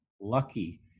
lucky